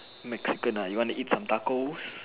Mexican ah you want to eat some tacos